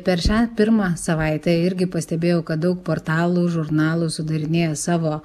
per šią pirmą savaitę irgi pastebėjau kad daug portalų žurnalų sudarinėja savo